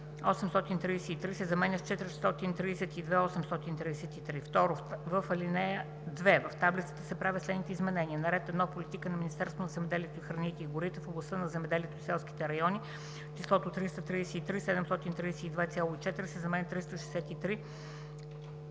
в таблицата се правят следните изменения: